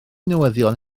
newyddion